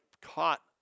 caught